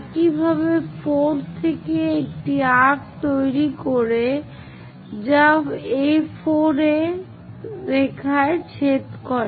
একইভাবে 4 থেকে একটি চাপ তৈরি করে যা A4 রেখা ছেদ করে